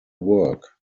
work